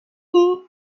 fille